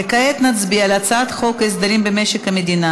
כעת נצביע על הצעת חוק הסדרים במשק המדינה